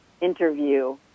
interview